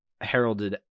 heralded